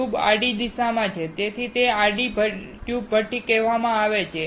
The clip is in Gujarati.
ટ્યુબ આડી દિશામાં છે તેથી જ તેને આડી ટ્યુબ ભઠ્ઠી કહેવામાં આવે છે